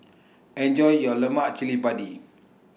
Enjoy your Lemak Cili Padi